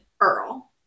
Earl